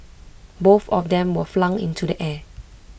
both of them were flung into the air